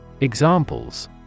Examples